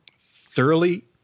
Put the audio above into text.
thoroughly